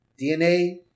DNA